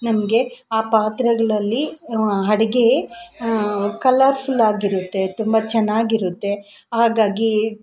ನಮಗೆ ಆ ಪಾತ್ರೆಗಳಲ್ಲಿ ಅಡ್ಗೇ ಕಲ್ಲರ್ಫುಲ್ ಆಗಿರುತ್ತೆ ತುಂಬ ಚೆನ್ನಾಗಿರುತ್ತೆ ಹಾಗಾಗೀ